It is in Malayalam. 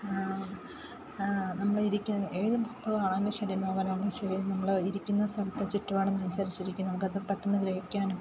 നമ്മള് ഏത് പുസ്തകമാണേലും ശരി നോവലാണേലും ശരി നമ്മള് ഇരിക്കുന്ന സ്ഥലത്ത് ചുറ്റുപാടും അനുസരിച്ചിരിക്കും നമുക്ക് എത്ര പെട്ടെന്ന് ഗ്രഹിക്കാനും